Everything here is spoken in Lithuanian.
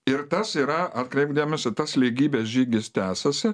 ir tas yra atkreipk dėmesį tas lygybės žygis tęsiasi